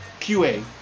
QA